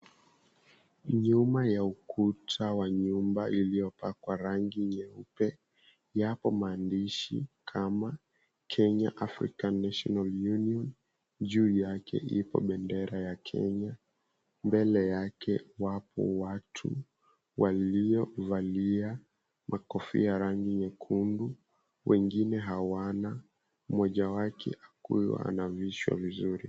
Nyuma ya ukuta wa nyumba iliyopakwa rangi nyeupe, yapo maandishi, kama Kenya African National Union. Juu yake ipo bendera ya Kenya. Mbele yake wapo watu waliovalia makofia ya rangi nyekundu, wengine hawana, mmojawake akuwe anavishwa vizuri.